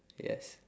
yes